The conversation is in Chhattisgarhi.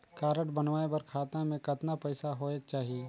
कारड बनवाय बर खाता मे कतना पईसा होएक चाही?